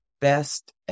best